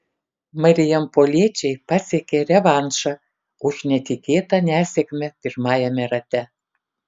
marijampoliečiai pasiekė revanšą už netikėtą nesėkmę pirmajame rate